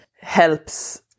helps